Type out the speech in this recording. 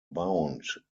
bound